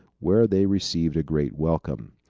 where they received a great welcome.